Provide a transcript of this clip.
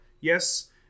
Yes